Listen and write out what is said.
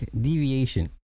deviation